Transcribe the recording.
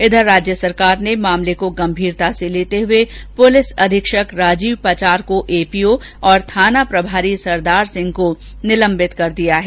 उधर राज्य सरकार ने मामले को गंभीरता से लेते हुए पुलिस अधीक्षक राजीव पचार को एपीओ और थाना प्रभारी सरदार सिंह को निलंबित कर दिया है